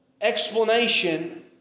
explanation